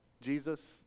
Jesus